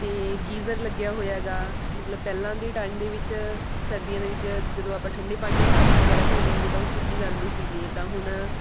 ਅਤੇ ਗੀਜ਼ਰ ਲੱਗਿਆ ਹੋਇਆ ਹੈਗਾ ਮਤਲਬ ਪਹਿਲਾਂ ਦੇ ਟਾਈਮ ਦੇ ਵਿੱਚ ਸਰਦੀਆਂ ਦੇ ਵਿੱਚ ਜਦੋਂ ਆਪਾਂ ਠੰਡੇ ਪਾਣੀ ਨਾਲ ਹੱਥ ਵਗੈਰਾ ਧੋਂਦੇ ਆਂਗੇ ਤਾਂ ਉਹ ਸੁੱਜ ਜਾਂਦੇ ਸੀਗੇ ਤਾਂ ਹੁਣ